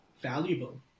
valuable